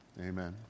Amen